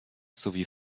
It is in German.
sowie